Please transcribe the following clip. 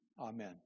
amen